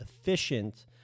efficient